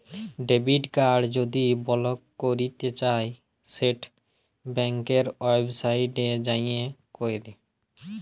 debit card যদি বলক ক্যরতে চাই সেট ব্যাংকের ওয়েবসাইটে যাঁয়ে ক্যর